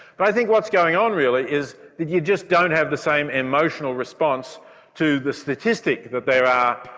but i think what's going on really is that you just don't have the same emotional response to the statistic that there are,